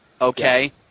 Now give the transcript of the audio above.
okay